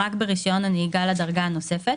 רק ברישיון הנהיגה לדרגה הנוספת,